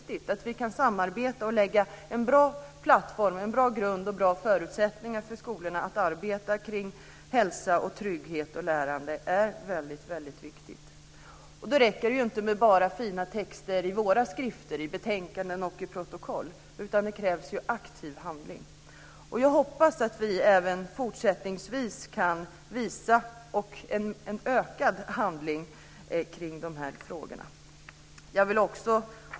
Det handlar om att vi kan samarbeta och lägga en bra plattform, en bra grund och skapa bra förutsättningar för skolorna att arbeta med hälsa, trygghet och lärande. Det är väldigt viktigt. Det räcker inte med bara fina texter i våra skrifter - i betänkanden och protokoll. Det krävs aktiv handling. Jag hoppas att vi även fortsättningsvis kan visa detta och få till stånd en ökad handlingskraft när det gäller de här frågorna.